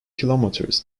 kilometres